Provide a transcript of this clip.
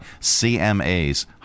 CMA's